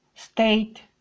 State